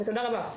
תודה רבה.